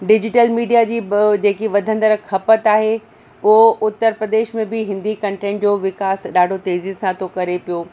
digital media जी जेकी वधंदड़ खपत आहे उहो उत्तर प्रदेश में बि हिंदी कंटेंट जो विकास ॾाढो तेज़ी सां थो करे पियो